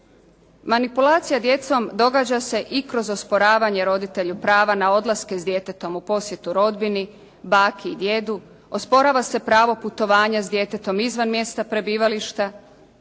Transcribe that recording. Manipulacija djecom događa se i kroz osporavanje roditelju prava na odlaske s djetetom u posjetu rodbini, baki i djedu, osporava se pravo putovanja s djetetom izvan mjesta prebivališta.